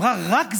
אמרה: רק זה?